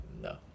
no